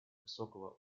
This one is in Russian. высокого